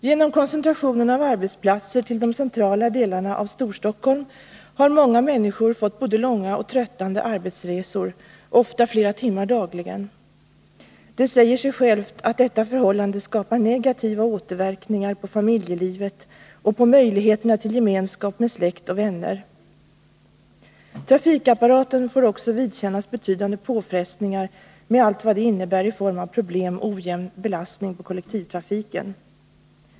Genom koncentrationen av arbetsplatser till de centrala delarna av Storstockholm har många människor fått både långa och tröttande arbetsresor, ofta på flera timmar dagligen. Det säger sig självt att detta förhållande skapar negativa återverkningar på familjelivet och på möjligheterna till gemenskap med släkt och vänner. Trafikapparaten får också vidkännas betydande påfrestningar med allt vad det innebär i form av problem med ojämn belastning på kollektivtrafiken.